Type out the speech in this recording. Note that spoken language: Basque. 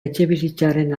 etxebizitzaren